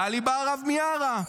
גלי בהרב מיארה.